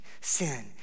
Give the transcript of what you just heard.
sin